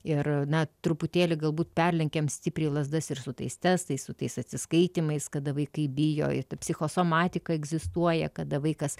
ir na truputėlį galbūt perlenkiam stipriai lazdas ir su tais testais su tais atsiskaitymais kada vaikai bijo ir psichosomatika egzistuoja kada vaikas